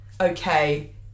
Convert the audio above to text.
okay